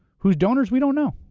who's donors we don't know.